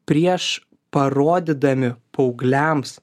prieš parodydami paaugliams